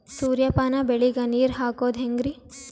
ಸೂರ್ಯಪಾನ ಬೆಳಿಗ ನೀರ್ ಹಾಕೋದ ಹೆಂಗರಿ?